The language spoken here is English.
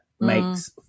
makes